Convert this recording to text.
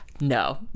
No